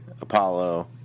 Apollo